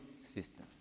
systems